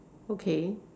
okay